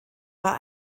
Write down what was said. war